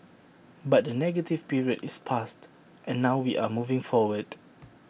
but the negative period is past and now we are moving forward